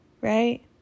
right